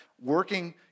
working